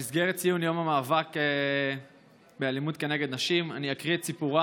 במסגרת ציון יום המאבק באלימות כנגד נשים אני אקריא את סיפורה,